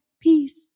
Peace